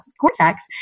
Cortex